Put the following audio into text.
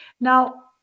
Now